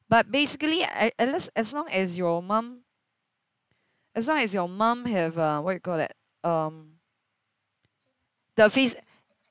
but basically I at les~ as long as your mum as long as your mum have uh what you call that um the phys~